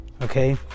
Okay